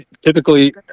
typically